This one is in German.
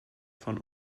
von